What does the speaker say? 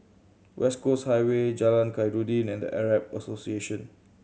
West Coast Highway Jalan Khairuddin and The Arab Association